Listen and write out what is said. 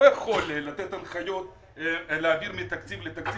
יכול לתת הנחיות להעביר מתקציב לתקציב.